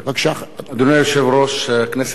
אדוני היושב-ראש, כנסת נכבדה,